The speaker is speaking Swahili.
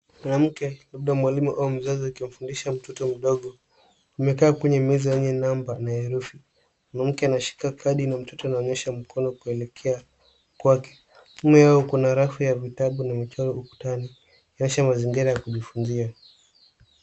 Mwanamke, labda mwalimu au mzazi akimfundisha mtoto mdogo. Wamekaa kwenye meza yenye namba au herufi. Mwanamke anashika kadi na mtoto anaonyesha mkono kuelekea kwake. Nyuma yao, kuna rafu ya vitabu na michoro ukutani, ikionyesha mazingira ya kujifunzia.